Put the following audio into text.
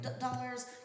dollars